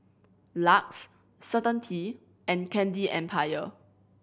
LUX Certainty and Candy Empire